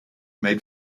made